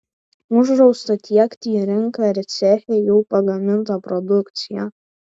uždrausta tiekti į rinką ir ceche jau pagamintą produkciją